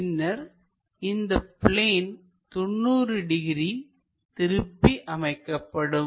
பின்னர் இந்த plane 90 degree திருப்பி அமைக்கப்படும்